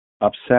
upset